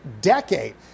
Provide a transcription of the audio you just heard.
decade